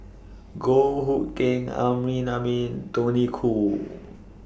Goh Hood Keng Amrin Amin Tony Khoo